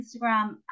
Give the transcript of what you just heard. instagram